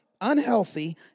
unhealthy